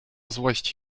złość